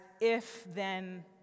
if-then